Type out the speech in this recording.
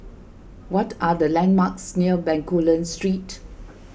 what are the landmarks near Bencoolen Street